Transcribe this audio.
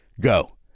go